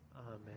Amen